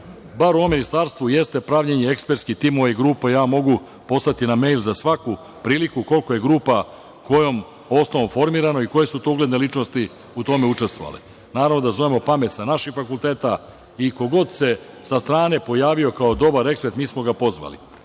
bar u ovom ministarstvu jeste pravljenje ekspertskih timova i grupa. Ja mogu poslati na mejl za svaku priliko koliko je grupa kojom osnovom formirano i koje su to ugledne ličnosti u tome učestvovale. Naravno, da zovemo pamet sa naših fakulteta i ko god se sa strane pojavio kao dobar ekspert mi smo ga pozvali.